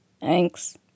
Thanks